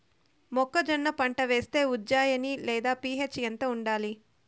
మొక్కజొన్న పంట వేస్తే ఉజ్జయని లేదా పి.హెచ్ ఎంత ఉండాలి?